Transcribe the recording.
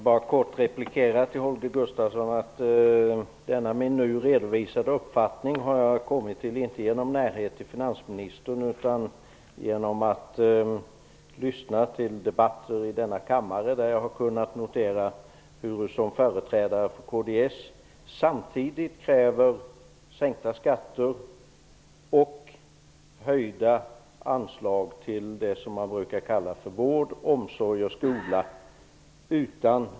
Herr talman! Jag vill bara kort replikera Holger Denna min nu redovisade uppfattning har jag inte kommit fram till genom någon närhet till finansministern utan genom att lyssna till debatter i denna kammare. Jag har kunnat notera hur företrädare för kds samtidigt kräver sänkta skatter och höjda anslag till det som man brukar kalla för vård, omsorg och skola.